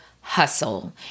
hustle